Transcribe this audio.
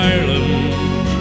Ireland